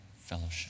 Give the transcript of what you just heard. fellowship